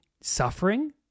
suffering